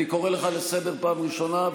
אני קורא אותך לסדר פעם ראשונה.